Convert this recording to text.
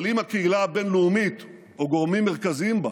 אבל אם הקהילה הבין-לאומית או גורמים מרכזיים בה